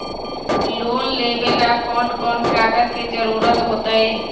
Loan लेवेला कौन कौन कागज के जरूरत होतई?